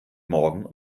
morgen